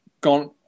gone